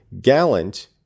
gallant